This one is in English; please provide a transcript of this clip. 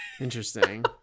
interesting